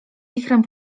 wichrem